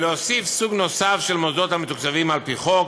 ולהוסיף סוג של מוסדות המתוקצבים על-פי חוק,